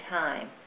time